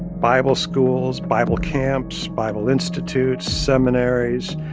bible schools, bible camps, bible institutes, seminaries.